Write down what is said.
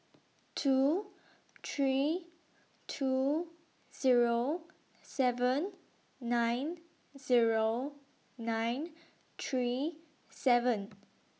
two three two Zero seven nine Zero nine three seven